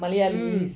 mm